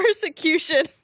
Persecution